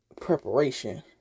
preparation